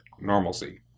normalcy